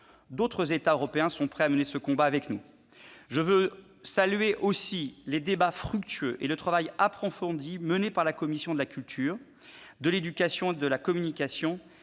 D'autres États européens sont prêts à mener ce combat avec nous. Je veux également saluer les débats fructueux et le travail approfondi mené par la commission de la culture, de l'éducation et de la communication,